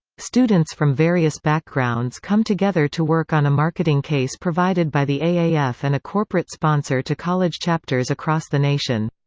students from various backgrounds come together to work on a marketing case provided by the ah aaf and a corporate sponsor to college chapters across the nation.